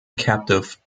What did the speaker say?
captive